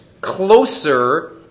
closer